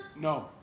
No